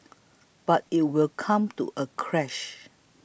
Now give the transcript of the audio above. but it will come to a crash